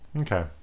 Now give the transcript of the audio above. Okay